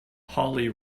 holly